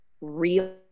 real